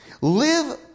Live